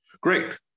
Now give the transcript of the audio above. Great